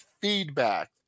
feedback